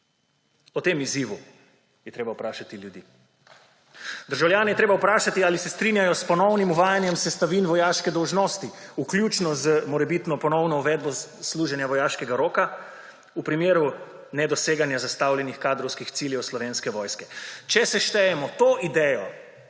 O tem izzivu je treba vprašati ljudi! Državljane je treba vprašati, ali se strinjajo s ponovnim uvajanjem sestavin vojaške dolžnosti, vključno z morebitno ponovno uvedbo služenja vojaškega roka v primeru nedoseganja zastavljenih kadrovskih ciljev Slovenske vojske. Če seštejemo to idejo